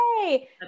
Yay